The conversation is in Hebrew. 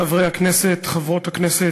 חברי הכנסת, חברות הכנסת,